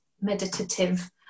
meditative